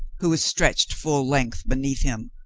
who was stretched full length beneath him,